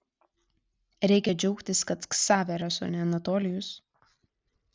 reikia džiaugtis kad ksaveras o ne anatolijus